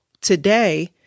today